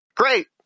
great